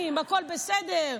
הכול בסדר,